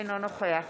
אינו נוכח